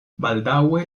baldaŭe